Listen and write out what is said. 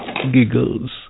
giggles